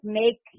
make